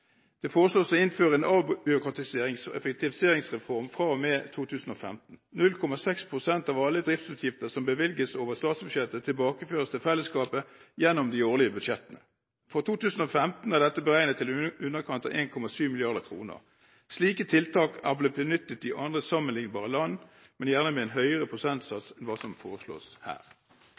Det foreslås å innføre en avbyråkratiserings- og effektiviseringsreform fra og med 2015. 0,6 pst. av alle driftsutgifter som bevilges over statsbudsjettet, tilbakeføres til fellesskapet gjennom de årlige budsjettene. For 2015 er dette beregnet til i underkant av 1,7 mrd. kr. Slike tiltak har blitt benyttet i andre sammenliknbare land, men gjerne med en høyere prosentsats enn det som foreslås her.